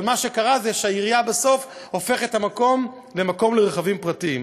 אבל מה שקרה זה שהעירייה בסוף הופכת את המקום למקום לרכבים פרטיים.